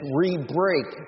re-break